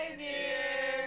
dear